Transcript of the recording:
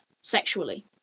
sexually